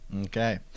okay